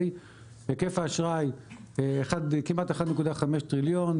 היקף האשראי כמעט 1.5 טריליון.